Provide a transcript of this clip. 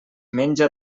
menja